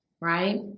right